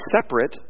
separate